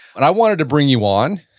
and i wanted to bring you on,